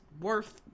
worth